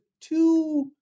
two